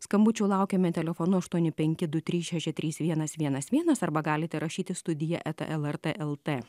skambučių laukiame telefonu aštuoni penki du trys šeši trys vienas vienas vienas arba galite rašyti studija eta lrt lt